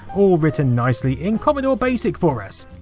all written nicely in commodore basic for us.